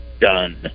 done